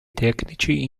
tecnici